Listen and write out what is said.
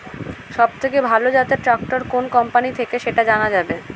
সবথেকে ভালো জাতের ট্রাক্টর কোন কোম্পানি থেকে সেটা জানা যাবে?